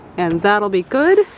and that'll be good.